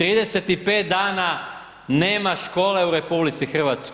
35 dana nema škole u RH.